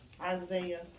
Isaiah